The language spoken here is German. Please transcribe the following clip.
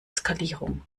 skalierung